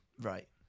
Right